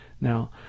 Now